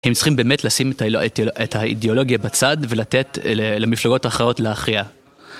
הם צריכים באמת לשים את האידאולוגיה בצד ולתת למפלגות אחרות להכריע.